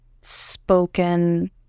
spoken